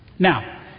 Now